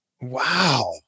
Wow